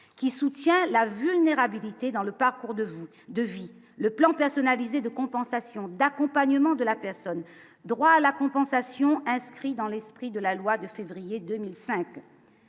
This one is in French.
qui soutient la vulnérabilité dans le parcours de de vie le plan personnalisé de compensation d'accompagnement de la personne, droit à la compensation inscrit dans l'esprit de la loi de février 2005.